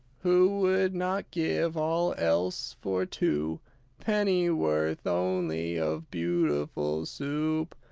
who would not give all else for two pennyworth only of beautiful soup?